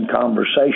conversation